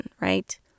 right